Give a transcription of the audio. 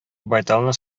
байталны